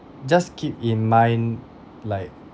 just keep in mind like